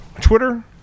Twitter